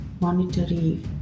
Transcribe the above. monetary